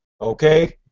Okay